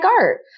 art